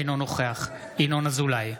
אינו נוכח ינון אזולאי,